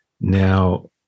Now